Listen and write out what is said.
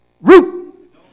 root